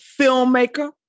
filmmaker